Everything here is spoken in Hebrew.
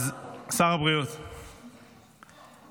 אז שר הבריאות, ראשית, אני רוצה